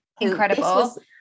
Incredible